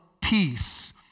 peace